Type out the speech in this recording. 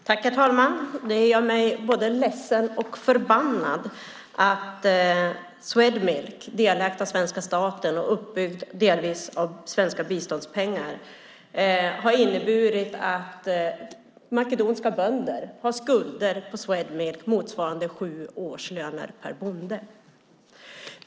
Herr talman! Det gör mig både ledsen och förbannad att Swedmilks verksamhet, delägt av svenska staten och delvis uppbyggt av svenska biståndspengar, har inneburit att makedoniska bönder har skulder för Swedmilk motsvarande sju årslöner per bonde.